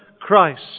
Christ